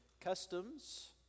customs